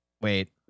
Wait